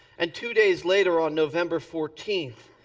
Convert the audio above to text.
and two days later, on november fourteenth,